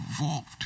involved